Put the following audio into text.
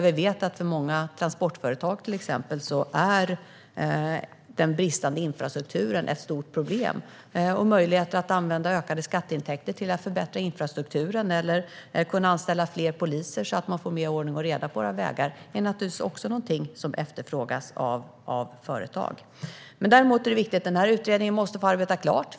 Vi vet att den bristande infrastrukturen är ett stort problem för många transportföretag. Möjligheter att använda ökade skatteintäkter till att förbättra infrastrukturen eller anställa fler poliser så att det blir mer ordning och reda på våra vägar är också något som efterfrågas av företag. Det är viktigt att utredningen får arbeta klart.